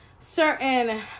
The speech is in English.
certain